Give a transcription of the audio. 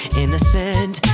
innocent